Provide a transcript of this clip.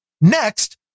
Next